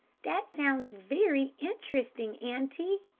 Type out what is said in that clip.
that sounds very interesting, auntie,